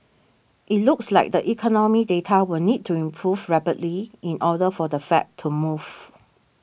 it looks like the economic data will need to improve rapidly in order for the Fed to move